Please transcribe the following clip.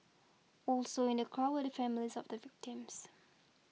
also in the crowd were the families of the victims